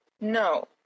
No